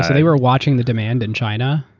they were watching the demand in china?